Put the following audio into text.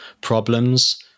problems